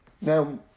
Now